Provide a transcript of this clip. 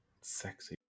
Sexy